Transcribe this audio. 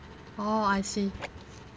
orh I see